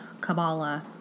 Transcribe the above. Kabbalah